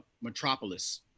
metropolis